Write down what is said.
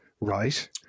Right